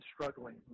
struggling